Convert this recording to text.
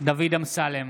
דוד אמסלם,